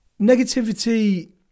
Negativity